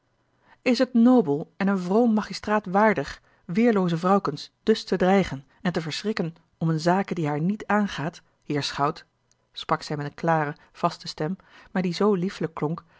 is het nobel en een vroom magistraat waardig weêrlooze vrouwkens dus te dreigen en te verschrikken om eene zake die haar niet aangaat heer schout sprak zij met eene klare vaste stem maar die zoo liefelijk klonk